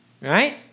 right